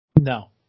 No